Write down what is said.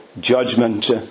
judgment